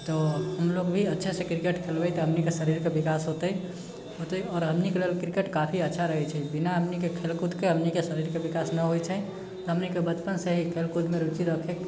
तऽ हमलोग भी अच्छासँ क्रिकेट खेलबै तऽ हमनीके शरीरके विकास होतै होतै आओर हमनीके लेल क्रिकेट काफी अच्छा रहै छै बिना हमनीके खेलकूदके हमनी शरीरके विकास नहि होइ छै हमनीके बचपनसँ ही खेलकूदमे रूचि रखै